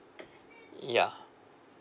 yeah